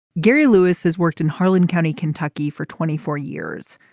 gary lewis has worked in harlan county kentucky for twenty four years.